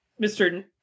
Mr